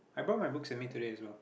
I brought my books with me today as well